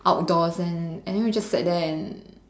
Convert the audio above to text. outdoors and and then we just sat there and